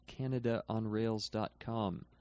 CanadaOnRails.com